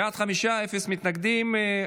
סעיפים 1 10 נתקבלו.